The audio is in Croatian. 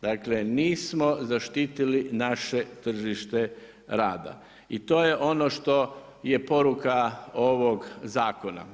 Dakle, nismo zaštitili naše tržište rada i to je ono što je poruka ovog zakona.